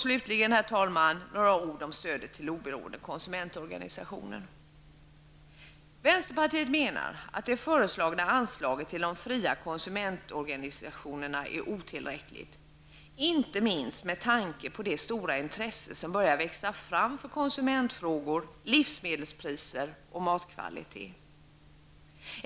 Slutligen, herr talman, vill jag säga några ord om stödet till oberoende konsumentorganisationer. Vänsterpartiet menar att det föreslagna anslaget till de fria konsumentorganisationerna är otillräckligt, inte minst med tanke på det stora intresse som börjar växa fram för konsumentfrågor, livsmedelspriser och matkvalitet.